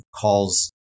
calls